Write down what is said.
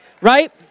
Right